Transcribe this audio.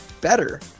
better